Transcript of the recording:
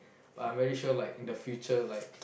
I'm very sure like the future like